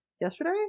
Yesterday